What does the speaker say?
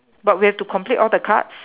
but we have to complete all the cards